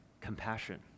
compassion